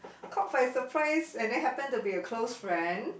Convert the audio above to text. caught by surprise and then happen to be a close friend